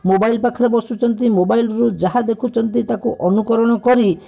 mobile ପାଖେରେ ବସୁଛନ୍ତି mobile ରୁ ଯାହା ଦେଖୁଛନ୍ତି ତାକୁ ଅନୁକରଣ କରି